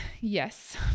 yes